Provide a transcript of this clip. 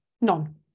None